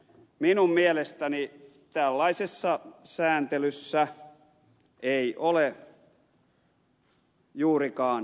minun mielestäni tällaisessa sääntelyssä ei ole juurikaan mieltä